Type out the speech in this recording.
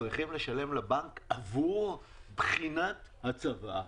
צריכים לשלם לבנק עבור בחינת הצוואה.